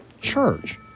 church